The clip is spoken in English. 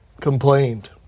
complained